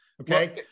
okay